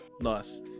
nice